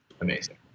amazing